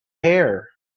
hair